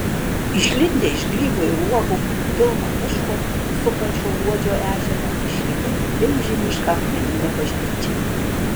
išlindę iš grybų ir uogų pilno miško supančio luodžio ežerą išvydome milžinišką akmeninę bažnyčią